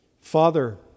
Father